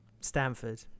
Stanford